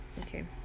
Okay